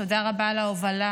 תודה רבה על ההובלה